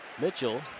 Mitchell